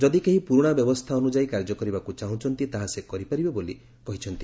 ଯଦି କେହି ପୁରୁଣା ବ୍ୟବସ୍ଥା ଅନୁଯାୟୀ କାର୍ଯ୍ୟ କରିବାକୁ ଚାହୁଁଛନ୍ତି ତାହା ସେ କରିପାରିବେ ବୋଲି ପ୍ରଧାନମନ୍ତ୍ରୀ କହିଛନ୍ତି